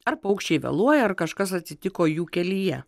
ar paukščiai vėluoja ar kažkas atsitiko jų kelyje